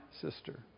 sister